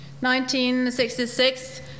1966